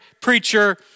preacher